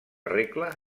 regla